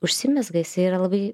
užsimezga jisai yra labai